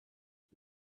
she